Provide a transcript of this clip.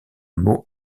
mots